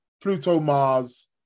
Pluto-Mars